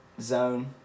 zone